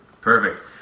Perfect